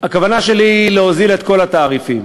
הכוונה שלי היא להוזיל את כל התעריפים.